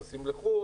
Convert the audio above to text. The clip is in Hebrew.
נוסעים לחו"ל,